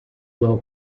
well